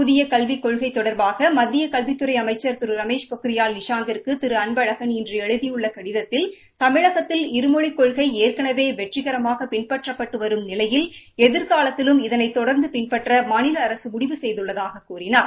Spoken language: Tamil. புதிய கல்விக் கொள்கை தொடர்பாக மத்திய கல்வித்துறை அமைச்சர் திரு ரமேஷ் பொக்ரியால் நிஷாங் கிற்குதிரு அன்பழகன் இன்று எழுதியுள்ள கடிதத்தில் தமிழகத்தில் இருமொழிக் கொள்கை ஏற்கனவே வெற்றிகரமாக பின்பற்றப்பட்டு வரும் நிலையில் எதிர்காலத்திலும் இதனை தொடர்ந்து பின்பற்ற மாநில அரசு முடிவு செய்துள்ளதாகக் கூறியுள்ளார்